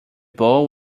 bowl